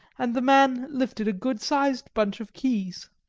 and the man lifted a good-sized bunch of keys